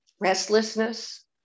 restlessness